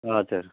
हजुर